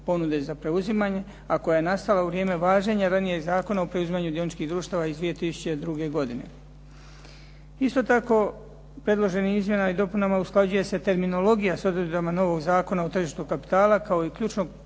ponude za preuzimanje, a koja je nastala u vrijeme važenja ranijeg Zakona o preuzimanje dioničkih društava iz 2002. godine. Isto tako predloženim izmjenama i dopunama usklađuje se terminologija s odredbama novog Zakona o tržištu kapitala kao i ključnog